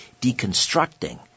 deconstructing